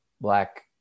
black